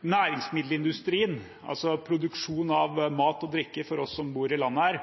Næringsmiddelindustrien, altså produksjon av mat og drikke for oss som bor i dette landet,